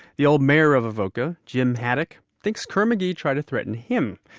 the old mayor of avoca, jim haddock, thinks kerr-mcgee tried to threaten him.